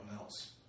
else